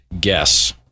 guess